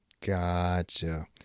Gotcha